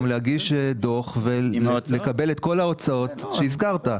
להגיש דו"ח ולקבל את כל ההוצאות שהזכרת,